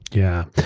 yeah.